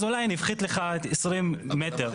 אז אולי נפחית לך 20 מטר.